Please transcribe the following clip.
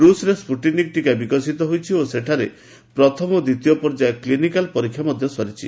ରୁଷରେ Sputnik ଟୀକା ବିକଶିତ ହୋଇଛି ଓ ସେଠାରେ ପ୍ରଥମ ଏବଂ ଦ୍ୱିତୀୟ ପର୍ଯ୍ୟାୟ କ୍ଲିନିକାଲ୍ ପରୀକ୍ଷା ମଧ୍ୟ ସରିଛି